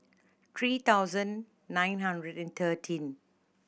three thousand nine hundred and thirteen